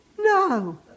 No